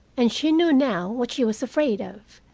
and she knew now what she was afraid of.